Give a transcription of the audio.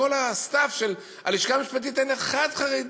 בכל ה-stuff של הלשכה המשפטית אין אחד חרדי.